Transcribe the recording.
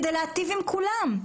כדי להיטיב עם כולם?